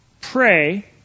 pray